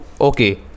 okay